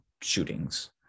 shootings